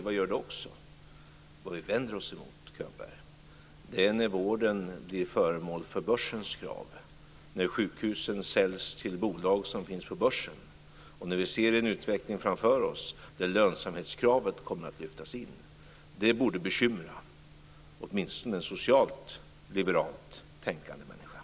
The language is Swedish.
Vad vi vänder oss emot, Könberg, är när vården blir föremål för börsens krav - när sjukhusen säljs till bolag som finns på börsen och när vi ser en utveckling framför oss där lönsamhetskravet kommer att lyftas in. Det borde bekymra åtminstone en socialtliberalt tänkande människa.